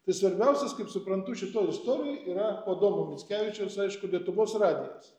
tai svarbiausias kaip suprantu šitoj istorijoj yra adomo mickevičius aišku lietuvos radijas